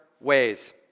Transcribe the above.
ways